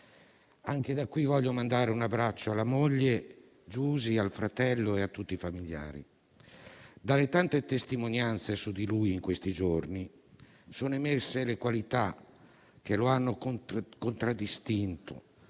Anche da qui voglio mandare un abbraccio alla moglie Giusi, al fratello e a tutti i familiari. Dalle tante testimonianze su di lui in questi giorni sono emerse le qualità che lo hanno contraddistinto,